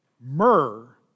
Myrrh